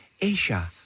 Asia